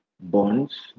bonds